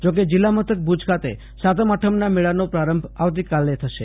જો કે જિલ્લામથક ભૂજ ખાતે સાતમ આઠમના મેળાનો પ્રારંભ આવતીકાલે થશે